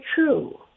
true